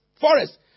forests